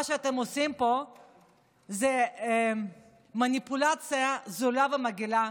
מה שאתם עושים פה זה מניפולציה זולה ומגעילה,